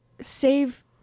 save